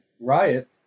riot